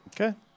Okay